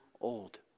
old